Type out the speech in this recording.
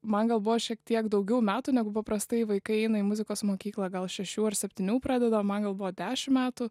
man gal buvo šiek tiek daugiau metų negu paprastai vaikai eina į muzikos mokyklą gal šešių ar septynių pradeda o man jau buvo dešim metų